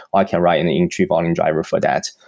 i can write an in-tree volume driver for that.